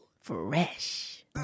Fresh